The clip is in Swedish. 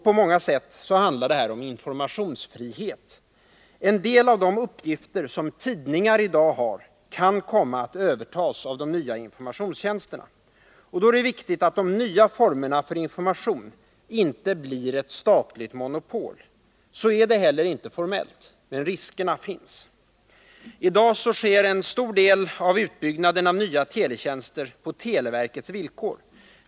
På flera sätt handlar det om informationsfrihet. En del av de uppgifter som tidningar i dag har kan komma att övertas av de nya informationstjänsterna. Det är då viktigt att de nya formerna för information inte blir ett statligt monopol. Så är det heller inte formellt — men riskerna finns. I dag sker en stor del av utbyggnaden av nya teletjänster på televerkets villkor.